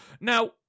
Now